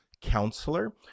counselor